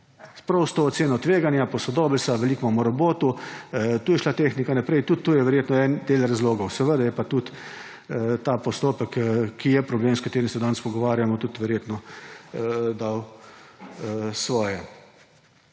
Prav s to oceno tveganja, posodobili so, veliko imamo robotov, tu je šla tehnika naprej, tudi to je verjetno en del razlogov. Seveda je pa tudi ta postopek, ki je problem, o katerem se danes pogovarjamo, verjetno dal svoje.